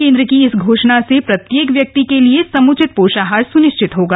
केन्द्र की इस घोषणा से प्रत्येक व्यक्ति के लिए समुचित पोषाहार सुनिश्चित होगा